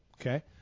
Okay